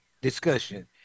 discussion